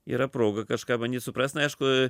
yra proga kažką bandyt suprast na aišku